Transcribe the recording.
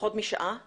פחות משעה לדיון.